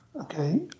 okay